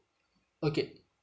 okay